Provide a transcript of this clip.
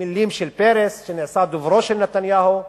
מלים של פרס שנעשה דוברו של נתניהו,